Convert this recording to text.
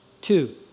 two